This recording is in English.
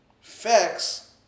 Facts